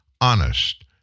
honest